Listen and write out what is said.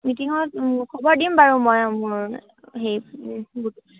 মিটিঙত খবৰ দিম বাৰু মই মোৰ হেৰি গোট